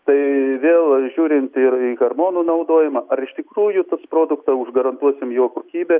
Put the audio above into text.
tai vėl žiūrint ir į harmonų naudojimą ar iš tikrųjų tas produktą užgarantuosim jo kokybę